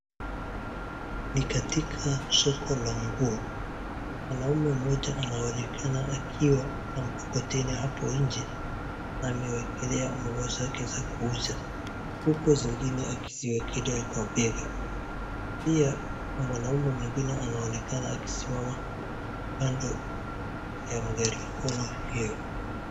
Ni katika soko la nguo ,mwanaume mmoja anaonekana akiwa na mkokoteni hapo nje amewekelea nguo zake za kuuza huku zingine akiziwekelea kwa bega, pia mwanaume mwingine anaonekana akismama kando ya mgari mkono hiyo.